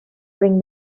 bring